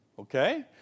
okay